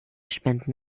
spenden